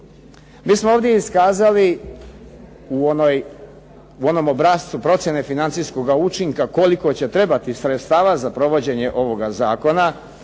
Mi smo ovdje iskazali u onom obrascu procjene financijskog učinka koliko će trebati sredstava za provođenje ovoga zakona,